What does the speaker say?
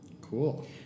Cool